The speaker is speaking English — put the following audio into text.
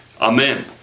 Amen